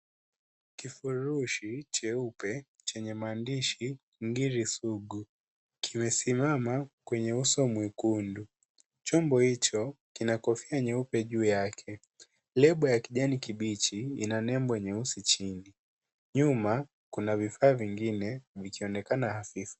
Kifurushi cheupe chenye maandishi Ngiri Sugu, kimesimama kwenye uso mwekundu. Chombo hicho kina kofia nyeupe juu yake. Lebo ya kijani kibichi ina nembo nyeusi chini. Nyuma kuna vifaa vingine vikionekana hafifu.